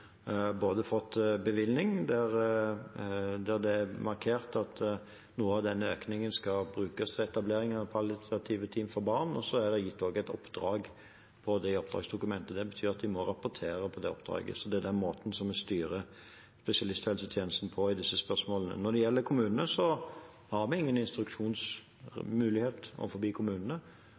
markert at noe av denne økningen skal brukes til etablering av palliative team for barn, og det er også gitt et oppdrag om det i oppdragsdokumentet. Det betyr at de må rapportere på det oppdraget. Dette er måten vi styrer spesialisthelsetjenesten på i disse spørsmålene. Når det gjelder kommunene, har vi ingen instruksjonsmulighet